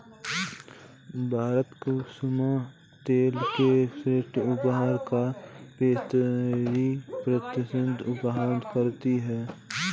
भारत कुसुम तेल के विश्व उपज का पैंतीस प्रतिशत उत्पादन करता है